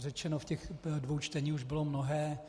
Řečeno v těch dvou čteních už bylo mnohé.